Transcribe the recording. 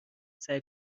سعی